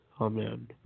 Amen